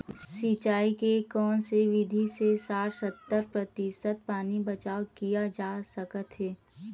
सिंचाई के कोन से विधि से साठ सत्तर प्रतिशत पानी बचाव किया जा सकत हे?